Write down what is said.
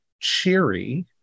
cheery